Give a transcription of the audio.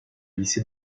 lycée